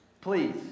please